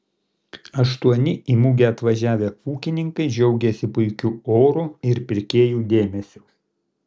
aštuoni į mugę atvažiavę ūkininkai džiaugėsi puikiu oru ir pirkėjų dėmesiu